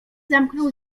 zamknął